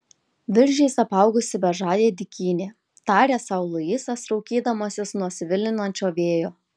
viržiais apaugusi bežadė dykynė tarė sau luisas raukydamasis nuo svilinančio vėjo